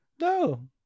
no